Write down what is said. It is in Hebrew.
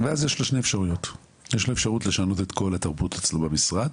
ואז יש לו שתי אפשרויות: לשנות את כל התרבות אצלו במשרד,